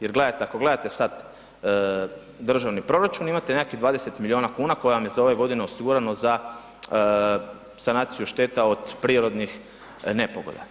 Jer gledajte, ako gledate sad državni proračun imate nekih 20 miliona kuna koje vam je za ove godine osigurano za sanaciju šteta od prirodnih nepogoda.